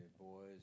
boys